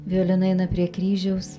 veliona eina prie kryžiaus